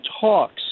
talks